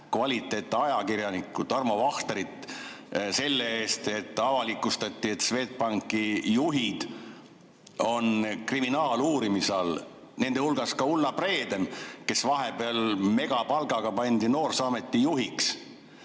kvaliteetajakirjanikest Tarmo Vahterit selle eest, et avalikustati, et Swedbanki juhid on kriminaaluurimise all. Nende hulgas on ka Ulla Preeden, kes vahepeal pandi megapalgaga noorsooameti juhiks.